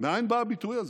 מאין בא הביטוי הזה,